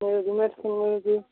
ସବୁ ଜିନିଷ ବି ମିଳୁଛି